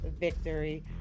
victory